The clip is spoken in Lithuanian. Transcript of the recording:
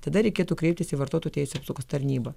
tada reikėtų kreiptis į vartotojų teisių apsaugos tarnybą